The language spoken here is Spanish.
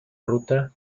ruta